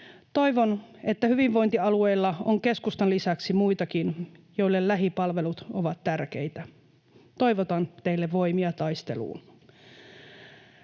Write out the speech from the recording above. Toivon, että hyvinvointialueilla on keskustan lisäksi muitakin, joille lähipalvelut ovat tärkeitä. Toivotan teille voimia taisteluun.